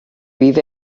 bydd